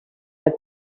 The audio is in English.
the